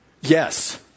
yes